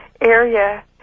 area